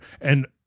and-